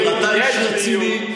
אתה איש רציני,